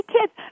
kids